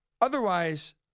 Otherwise